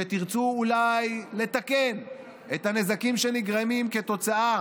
כשתרצו אולי לתקן את הנזקים שנגרמים כתוצאה